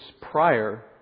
prior